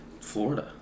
Florida